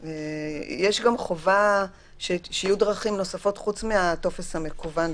יש גם חובה שיהיו דרכים נוספות לפנות לוועדה פרט לטופס המקוון.